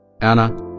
Anna